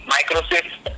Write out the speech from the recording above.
Microsoft